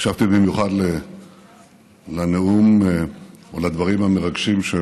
הקשבתי במיוחד לנאום או לדברים המרגשים של